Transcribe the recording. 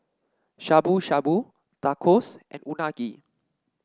Shabu Shabu Tacos and Unagi